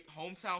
hometown